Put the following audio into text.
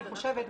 אני חושבת,